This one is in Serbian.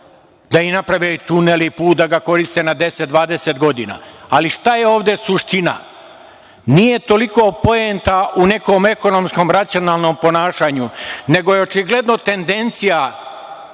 da naprave tunele, da koriste put na 10, 20 godina. Ali, šta je ovde suština? Nije toliko poenta u nekom ekonomskom racionalnom ponašanju, nego je očigledno tendencija